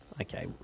Okay